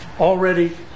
Already